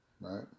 Right